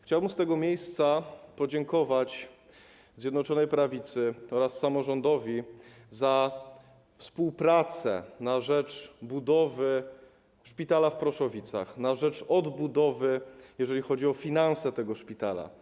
Chciałbym z tego miejsca podziękować Zjednoczonej Prawicy oraz samorządowi za współpracę na rzecz budowy Szpitala w Proszowicach, na rzecz odbudowy, jeżeli chodzi o finanse tego szpitala.